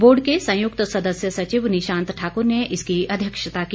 board के संयुक्त सदस्य सचिव निशांत ठाक्र ने इसकी अध्यक्षता की